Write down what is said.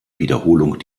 wiederholung